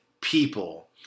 people